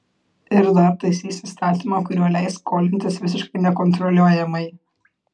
ir dar taisys įstatymą kuriuo leis skolintis visiškai nekontroliuojamai